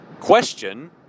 question